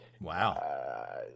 Wow